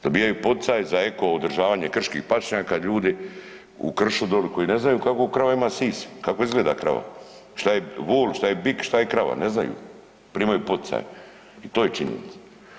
Dobivaju poticaje za eko održavanje krških pašnjaka ljudi u kršu doli koji ne znaju kako krava ima sisa, kako izgleda krava, što je vol, što je bik, što je krava, ne znaju, primaju poticaje i to je činjenica.